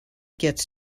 gets